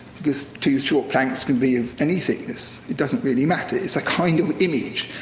because two short planks can be of any thickness, it doesn't really matter. it's a kind of image.